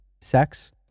sex